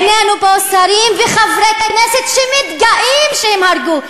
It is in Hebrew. יש בינינו פה שרים וחברי כנסת שמתגאים שהם הרגו,